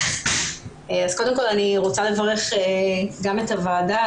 קודם כל אני רוצה לברך גם את הוועדה,